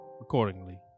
accordingly